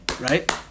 Right